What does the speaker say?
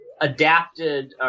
adapted